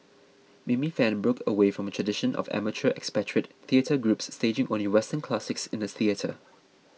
Mimi Fan broke away from a tradition of amateur expatriate theatre groups staging only Western classics in the theatre